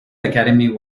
academic